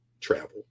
travel